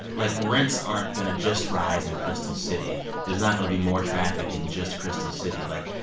like, rents aren't going to just rise in crystal city. there's not going to be more traffic in just crystal city. like,